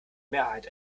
mehrheit